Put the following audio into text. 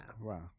Wow